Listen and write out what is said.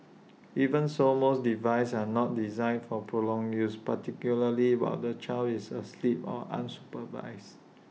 even so most devices are not designed for prolonged use particularly while the child is asleep or unsupervised